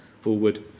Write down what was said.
forward